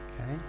okay